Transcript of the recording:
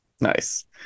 nice